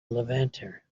levanter